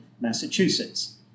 Massachusetts